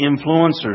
influencers